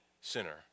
sinner